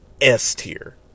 S-tier